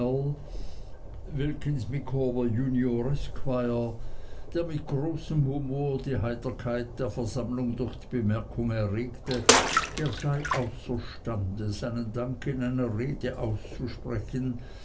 esquire der mit großem humor die heiterkeit der versammlung durch die bemerkung erregte er sei außerstande seinen dank in einer rede auszusprechen